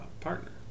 partner